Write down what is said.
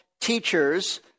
teachers